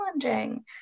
challenging